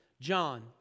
John